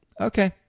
okay